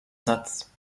satz